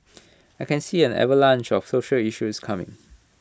I can see an avalanche of social issues coming